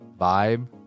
vibe